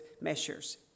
measures